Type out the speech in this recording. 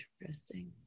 Interesting